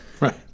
right